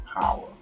power